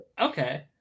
Okay